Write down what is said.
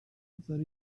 that